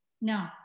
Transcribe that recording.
no